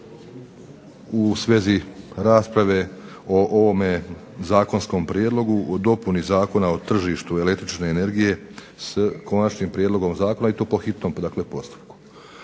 u svezi rasprave o ovome zakonskom prijedlogu, o dopuni Zakona o tržištu električne energije s konačnim prijedlogom zakona i to po hitnom dakle